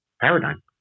paradigm